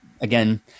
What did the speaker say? again